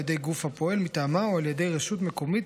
ידי גוף הפועל מטעמה או על ידי רשות מקומית,